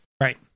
Right